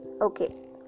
okay